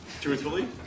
Truthfully